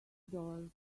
dollars